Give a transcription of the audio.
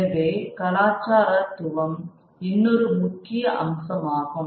எனவே கலாச்சார துவம் இன்னொரு முக்கிய அம்சமாகும்